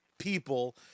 people